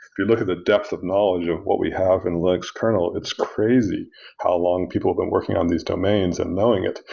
if you look at the depth of knowledge of what we have in linux kernel, it's crazy how long people have been working on these domains and knowing it,